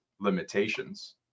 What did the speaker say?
limitations